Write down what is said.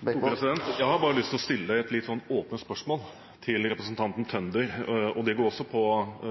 budsjettet. Jeg har bare lyst til å stille et litt åpent spørsmål til representanten Tønder. Det går også på